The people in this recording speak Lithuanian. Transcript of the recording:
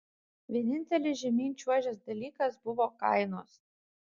vienintelis žemyn čiuožęs dalykas buvo kainos